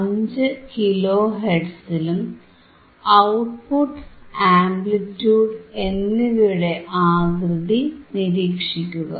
5 kilo ഹെർട്സിലും output amplitude എന്നിവയുടെ ആകൃതി നിരീക്ഷിക്കുക